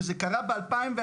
וזה קרה ב-2004,